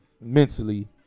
mentally